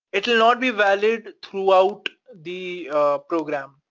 it'll not be valid throughout the program,